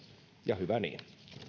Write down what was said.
ja hyvä niin